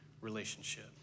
relationship